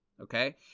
okay